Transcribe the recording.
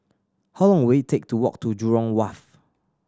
how long will it take to walk to Jurong Wharf